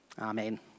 Amen